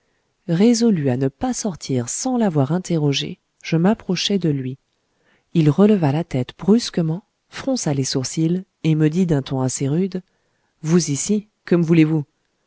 résolu à ne pas sortir sans l'avoir interrogé je m'approchai de lui il releva la tête brusquement fronça les sourcils et me dit d'un ton assez rude vous ici que me voulez-vous